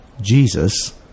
Jesus